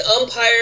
umpire